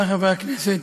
חברי חברי הכנסת,